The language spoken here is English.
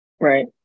right